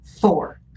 four